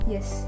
Yes